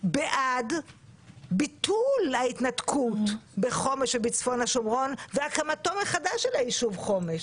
בעד ביטול ההתנתקות בחומש ובצפון השומרון והקמתו מחדש של הישוב חומש.